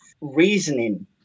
reasoning